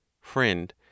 Friend